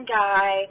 guy –